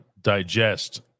digest